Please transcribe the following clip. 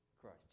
Christ